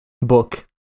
book